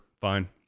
fine